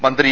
മന്ത്രി ഇ